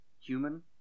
human